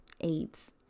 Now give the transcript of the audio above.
AIDS